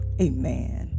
Amen